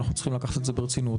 אנחנו צריכים לקחת את זה ברצינות.